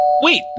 Wait